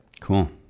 cool